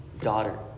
daughter